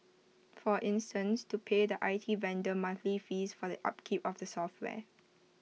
for instance to pay the I T vendor monthly fees for the upkeep of the software